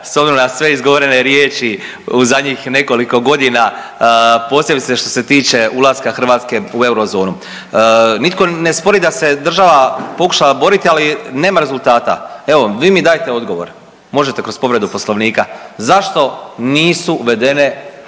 na sve izgovorene riječi u zadnjih nekoliko godina, posebice što se tiče ulaska Hrvatske u eurozonu. Nitko ni ne spori da se država pokušala boriti, ali nema rezultata. Evo vi mi dajte odgovor, možete kroz povredu poslovnika, zašto nisu uvedene